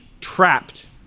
trapped